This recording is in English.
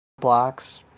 blocks